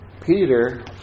Peter